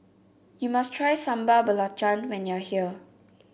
you must try Sambal Belacan when you are here